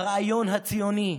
לרעיון הציוני,